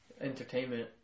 entertainment